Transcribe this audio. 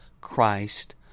Christ